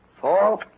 four